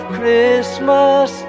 Christmas